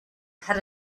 had